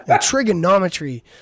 trigonometry